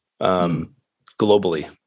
globally